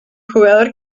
jugador